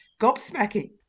gobsmacking